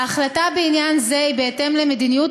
ההחלטה בעניין זה היא בהתאם למדיניות